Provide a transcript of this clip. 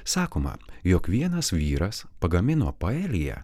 sakoma jog vienas vyras pagamino paeliją